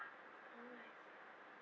oh I see